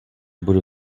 budu